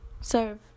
serve